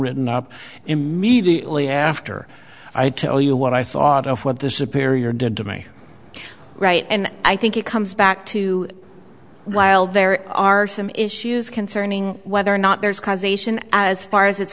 written up immediately after i tell you what i thought of what this appear your did to me right and i think it comes back to while there are some issues concerning whether or not there's causation as far as it's